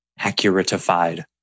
accuratified